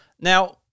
Now